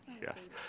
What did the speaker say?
Yes